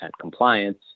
compliance